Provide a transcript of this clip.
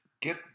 Get